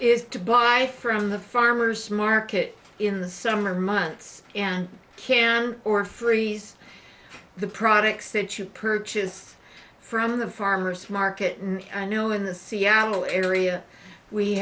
is to buy from the farmer's market in the summer months and canned or freeze the products that you purchase from the farmer's market i know in the seattle area we